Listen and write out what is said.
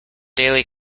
daily